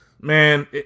Man